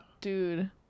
Dude